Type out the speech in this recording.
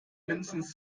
mindestens